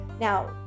Now